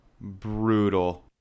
brutal